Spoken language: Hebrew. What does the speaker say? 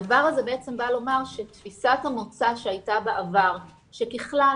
הדבר הזה בעצם בא לומר שתפיסת המוצא שהייתה בעבר שככלל